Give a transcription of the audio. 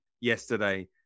yesterday